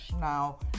Now